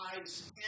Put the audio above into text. eyes